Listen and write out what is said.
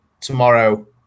tomorrow